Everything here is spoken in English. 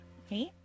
okay